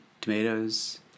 tomatoes